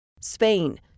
Spain